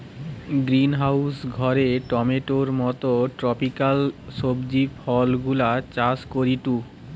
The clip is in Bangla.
গ্রিনহাউস ঘরে টমেটোর মত ট্রপিকাল সবজি ফলগুলা চাষ করিটু